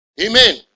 Amen